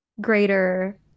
greater